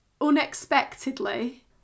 unexpectedly